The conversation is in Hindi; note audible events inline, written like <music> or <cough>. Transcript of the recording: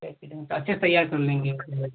<unintelligible> तो अच्छे से तैयार कर लेंगे <unintelligible>